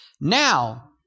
Now